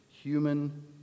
human